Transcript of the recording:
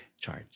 charge